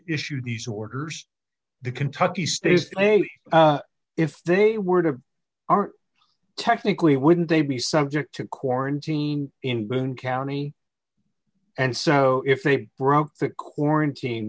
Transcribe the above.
issue these orders the kentucky state if they were to are technically wouldn't they be subject to quarantine in boone county and so if they broke that quarantine